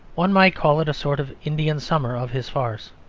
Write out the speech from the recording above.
one might call it a sort of indian summer of his farce.